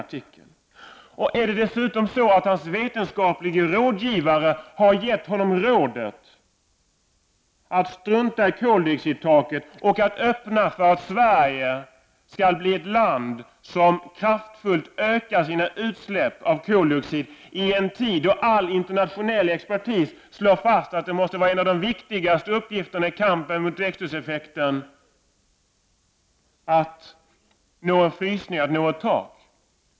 Det verkar dock vara på det sättet att hans vetenskaplige rådgivare har gett honom rådet att strunta i koldioxidtaket och att öppna möjligheter för att Sverige skall bli ett land som kraftigt ökar sina utsläpp av koldioxid i en tid då all internationell expertis slår fast att en av de viktigaste uppgifterna i kampen mot växthuseffekten måste vara att frysa utsläppen, att nå ett tak.